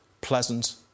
pleasant